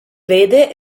vede